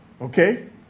Okay